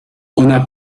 ona